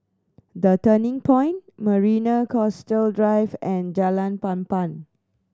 The Turning Point Marina Coastal Drive and Jalan Papan